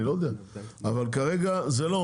אבל כרגע זה לא עומד.